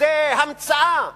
וזה המצאה